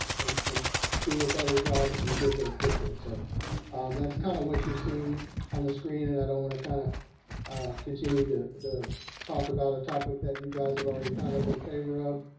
and and do a better job and get there quickly. so that's kind of what you're seeing on the screen. and i don't want to kind of continue to to talk about a topic that you guys have already kind of in favor of,